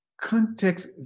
context